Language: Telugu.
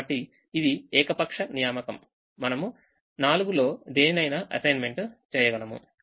కాబట్టి ఇది ఏకపక్ష నియామకం మనము 4లో దేనినైనా అసైన్మెంట్ చేయగలము